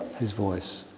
his voice.